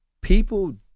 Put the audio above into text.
people